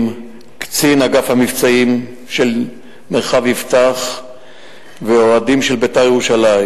קצין אגף המבצעים של מרחב יפתח ואוהדים של "בית"ר ירושלים"